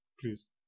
Please